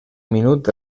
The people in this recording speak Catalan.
minut